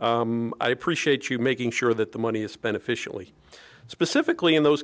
i appreciate you making sure that the money is spent efficiently specifically in those